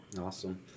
awesome